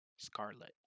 Scarlet